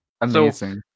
Amazing